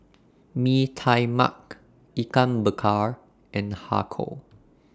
Mee Tai Mak Ikan Bakar and Har Kow